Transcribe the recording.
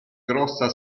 grossa